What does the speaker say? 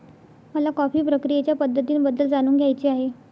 मला कॉफी प्रक्रियेच्या पद्धतींबद्दल जाणून घ्यायचे आहे